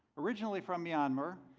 originally from myanmar,